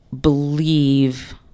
believe